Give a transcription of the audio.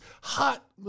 hot